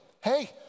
hey